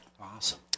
Awesome